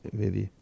vedi